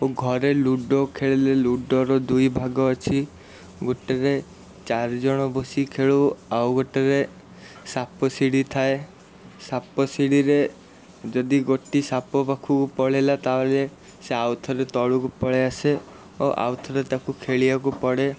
ଓ ଘରେ ଲୁଡ଼ୋ ଖେଳିଲେ ଲୁଡ଼ୋର ଦୁଇଭାଗ ଅଛି ଗୋଟରେ ଚାରିଜଣ ବସିକି ଖେଳୁ ଆଉ ଗୋଟେରେ ସାପ ସିଡ଼ି ଥାଏ ସାପ ସିଡ଼ିରେ ଯଦି ଗୋଟି ସାପ ପାଖକୁ ପଳାଇଲା ତା'ହେଲେ ସେ ଆଉ ଥରେ ତଳକୁ ପଳାଇଆସେ ଓ ଆଉ ଥରେ ତାକୁ ଖେଳିବାକୁ ପଡ଼େ